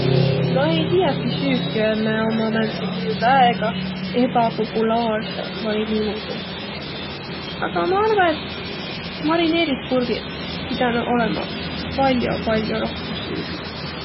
Ma ei tiiäki süüke, miä ommaq määntseki väega ebäpopulaarsõq vai niimuudu, aga ma arva, et marineerit kurgiq pidänüq olõma pall'o-pall'o rohkõmb süüdüq.